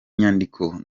nyandiko